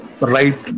right